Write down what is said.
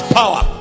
power